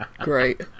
great